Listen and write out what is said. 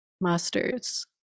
master's